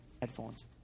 headphones